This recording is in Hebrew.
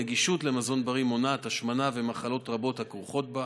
נגישות של מזון בריא מונעת השמנה ומחלות רבות הכרוכות בה,